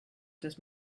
des